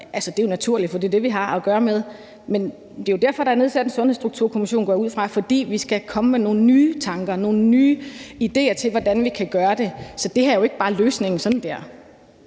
det er naturligt, for det er det, vi har at gøre med. Men det er jo derfor, at der er nedsat en Sundhedsstrukturkommission, går jeg ud fra, altså fordi vi skal komme med nogle nye tanker og nye idéer til, hvordan vi kan gøre det. Det her er jo ikke bare sådan lige